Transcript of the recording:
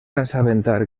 assabentar